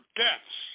deaths